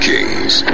King's